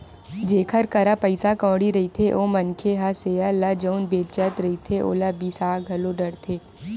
जेखर करा पइसा कउड़ी रहिथे ओ मनखे मन ह सेयर ल जउन बेंचत रहिथे ओला बिसा घलो डरथे